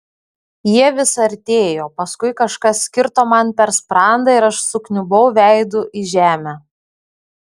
jie vis artėjo paskui kažkas kirto man per sprandą ir aš sukniubau veidu į žemę